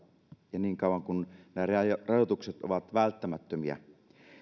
ja niin kauan kuin nämä rajoitukset ovat välttämättömiä